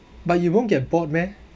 but you won't get bored meh